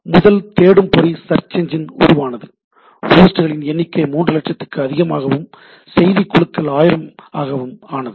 90 இல் முதல் தேடுபொறி சர்ச் என்ஜின் உருவானது ஹோஸ்ட்களின் எண்ணிக்கை 3 லட்சத்திற்கும் அதிகமாகவும் செய்தி குழுக்கள் 1000 ஆகவும் ஆனது